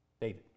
David